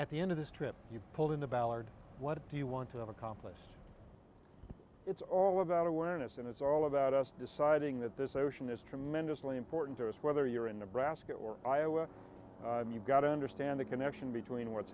at the end of this trip you pulled in the ballard what do you want to accomplish it's all about awareness and it's all about us deciding that this ocean is tremendously important to us whether you're in nebraska or iowa you've got to understand the connection between what's